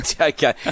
Okay